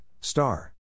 star